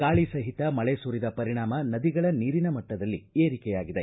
ಗಾಳಿ ಸಹಿತ ಮಳೆ ಸುರಿದ ಪರಿಣಾಮ ನದಿಗಳ ನೀರಿನ ಮಟ್ಟದಲ್ಲಿ ಏರಿಕೆಯಾಗಿದೆ